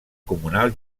comunal